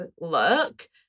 look